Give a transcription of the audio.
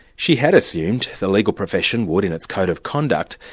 she had assumed the legal profession would, in its code of conduct,